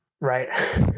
right